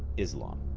islam